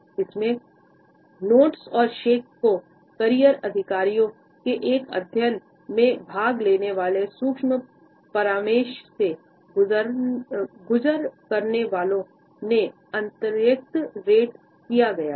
कई अध्ययनों में यह भी पाया गया है कि लोग लोगों को अधिक माफ करना पसंद करते हैं कई इसमे नोड्स और शेक को कैरियर अधिकारियों के एक अध्ययन में भाग लेने वाले सूक्ष्म परामर्श से गुजर करने वालों ने अत्यधिक रेट किया गया था